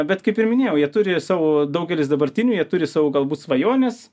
bet kaip ir minėjau jie turi savo daugelis dabartinių jie turi savo galbūt svajones